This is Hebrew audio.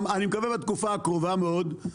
אני מקווה שבתקופה הקרובה מאוד.